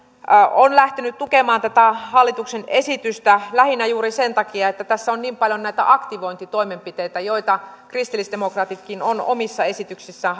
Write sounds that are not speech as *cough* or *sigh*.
on lähtenyt tukemaan tätä hallituksen esitystä lähinnä juuri sen takia että tässä on niin paljon näitä aktivointitoimenpiteitä joita kristillisdemokraatitkin on omissa esityksissään *unintelligible*